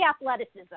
athleticism